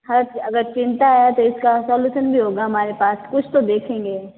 हर अगर चिंता है तो इसका सॉल्यूशन भी होगा हमारे पास कुछ तो देखेंगे